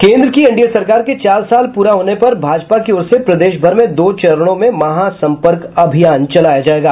केन्द्र की एनडीए सरकार के चार साल पूरे होने पर भाजपा की ओर से प्रदेश भर में दो चरणों में महासम्पर्क अभियान चलाया जायेगा